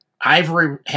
ivory